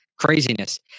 craziness